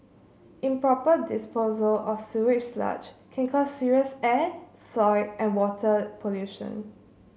improper disposal of sewage sludge can cause serious air soil and water pollution